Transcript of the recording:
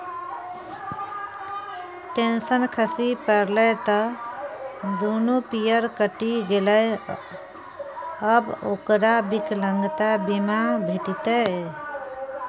ten सँ खसि पड़लै त दुनू पयर कटि गेलै आब ओकरा विकलांगता बीमा भेटितै